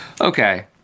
Okay